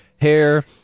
hair